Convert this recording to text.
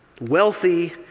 wealthy